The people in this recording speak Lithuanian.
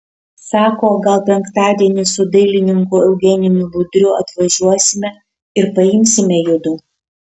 sako gal penktadienį su dailininku eugenijumi budriu atvažiuosime ir paimsime judu